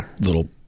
little